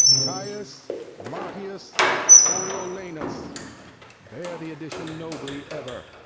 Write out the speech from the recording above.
caius marcius coriolanus bear the addition nobly ever!